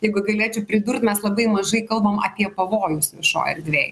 jeigu galėčiau pridurt mes labai mažai kalbam apie pavojus šioj erdvėj